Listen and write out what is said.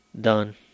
done